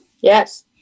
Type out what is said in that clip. Yes